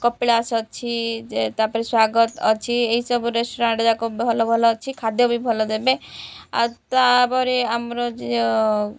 କପିଳାସ ଅଛି ଯେ ତାପରେ ସ୍ୱାଗତ ଅଛି ଏଇସବୁ ରେଷ୍ଟୁରାଣ୍ଟ ଯାକ ଭଲ ଭଲ ଅଛି ଖାଦ୍ୟ ବି ଭଲ ଦେବେ ଆଉ ତାପରେ ଆମର ଯିଏ